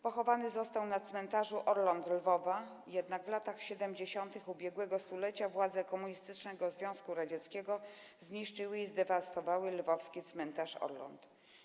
Pochowany został na cmentarzu Obrońców Lwowa, jednak w latach 70. ubiegłego stulecia władze komunistyczne Związku Radzieckiego zniszczyły i zdewastowały lwowski cmentarz Orląt.